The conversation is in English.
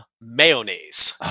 mayonnaise